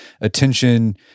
Attention